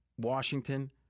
Washington